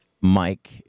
Mike